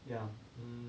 ya mm